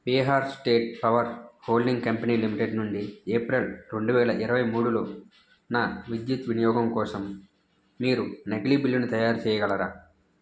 Bihar state power holding company limited నుండి April రెండు వేల ఇరవై మూడులో నా విద్యుత్ వినియోగం కోసం మీరు నకిలీ బిల్లును తయారు చేయగలరా